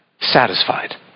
satisfied